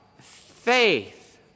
faith